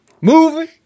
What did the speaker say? Moving